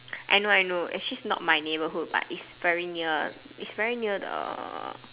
I know I know actually it's not my neighbourhood but it's very near it's very near the